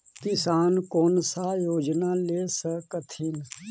किसान कोन सा योजना ले स कथीन?